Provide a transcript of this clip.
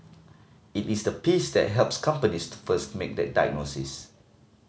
it is the piece that helps companies to first make that diagnosis